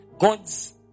God's